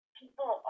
people